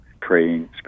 praying